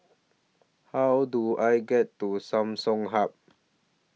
How Do I get to Samsung Hub